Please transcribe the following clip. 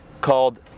called